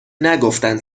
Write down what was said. نگفتن